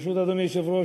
ברשות אדוני היושב-ראש,